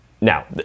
now